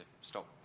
stop